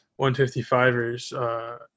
155ers